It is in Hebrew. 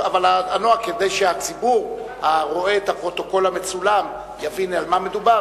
כדי שהציבור הרואה את הפרוטוקול המצולם יבין על מה מדובר,